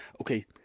Okay